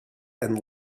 and